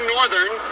Northern